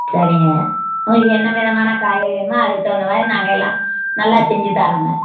சரிங்க உங்களுக்கு என்ன விதமான காய்கள் வேணுமோ அதுக்குத் தகுந்த மாதிரி நாங்கள் எல்லாம் நல்லா செஞ்சுத் தரோங்க